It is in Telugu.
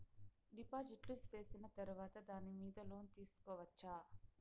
డిపాజిట్లు సేసిన తర్వాత దాని మీద లోను తీసుకోవచ్చా?